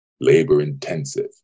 labor-intensive